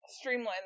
streamline